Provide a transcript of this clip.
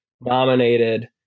nominated